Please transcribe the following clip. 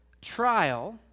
trial